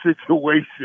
situation